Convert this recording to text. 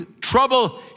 trouble